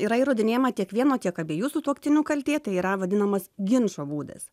yra įrodinėjama tiek vieno tiek abiejų sutuoktinių kaltė tai yra vadinamas ginčo būdas